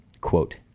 quote